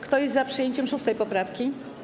Kto jest za przyjęciem 6. poprawki?